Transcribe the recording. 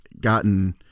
gotten